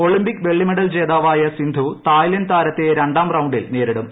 Olympic വെള്ളിമെഡൽ ജേതാവായ് Sindhu Thailand താരത്തെ രണ്ടാം റൌണ്ടിൽ നേരിടും